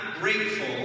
grateful